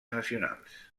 nacionals